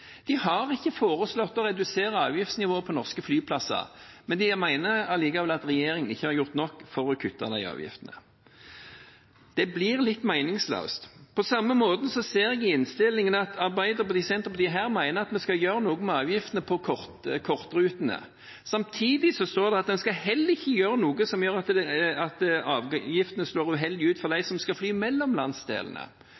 de har ikke foreslått å redusere avgiftsnivået på norske flyplasser. Likevel mener de at regjeringen ikke har gjort nok for å kutte de avgiftene. Det blir litt meningsløst. På samme måte ser jeg i innstillingen at Arbeiderpartiet og Senterpartiet mener at vi skal gjøre noe med avgiftene på kortrutene. Samtidig står det at en ikke skal gjøre noe som gjør at avgiftene slår uheldig ut for